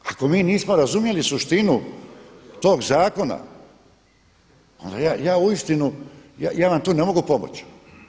Ako mi nismo razumjeli suštinu tog zakona, onda ja uistinu, ja vam tu ne mogu pomoći.